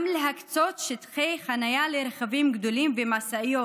גם להקצות שטחי חניה לרכבים גדולים ומשאיות,